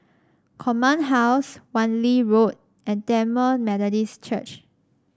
Command House Wan Lee Road and Tamil Methodist Church